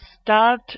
start